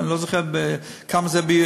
אני לא זוכר כמה זה,